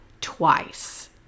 twice